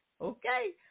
Okay